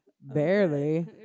Barely